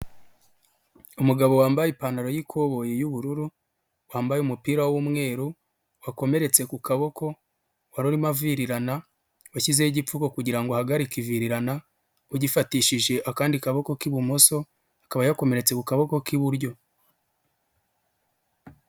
Umugabo wambaye ipantaro y'ikoboyi y'ubururu, wambaye umupira w'umweru, wakomeretse ku kaboko, warimo avirirana, washyizeho igipfuba kugira ngo ahagarike ivirirana, ugifatishije akandi kaboko k'ibumoso, akaba yakomeretse ku kaboko k'iburyo.